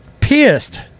pissed